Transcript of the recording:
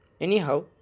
anyhow